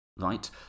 Right